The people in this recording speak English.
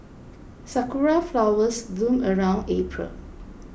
sakura flowers bloom around April